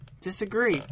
Disagree